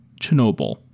Chernobyl